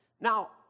Now